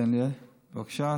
תן לי, בבקשה.